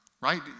right